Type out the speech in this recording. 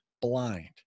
blind